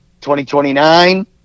2029